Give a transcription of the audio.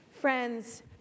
Friends